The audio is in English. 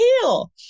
heal